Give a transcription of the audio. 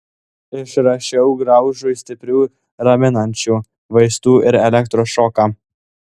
išrašiau graužui stiprių raminančių vaistų ir elektros šoką